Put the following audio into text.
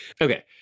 Okay